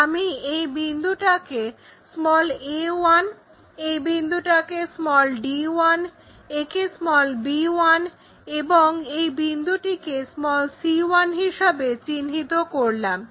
আমি এই বিন্দুটাকে a1 এই বিন্দুটাকে d1 একে b1 এবং এই বিন্দুটিকে c1 হিসাবে চিহ্নিত করলাম